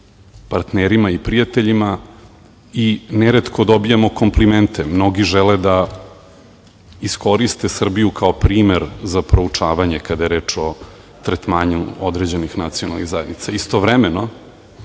partnerima i prijateljima i neretko dobijamo komplimente. Mnogi žele da iskoriste Srbiju kao primer za proučavanje kada je reč o tretmanu određenih nacionalnih zajednica. Istovremeno,